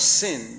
sin